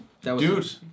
dude